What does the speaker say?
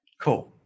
Cool